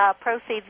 proceeds